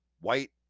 white